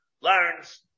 learns